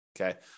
okay